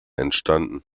entstanden